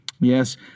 Yes